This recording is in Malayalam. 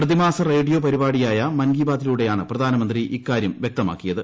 പ്രതിമാസ റേഡിയോ പരിപാടിയായ മൻ കി ബാത്തിലൂടെയാണ് പ്രധാനമന്ത്രി ഇക്കാര്യം വ്യക്തമാക്കിയത്